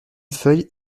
feuille